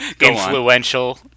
influential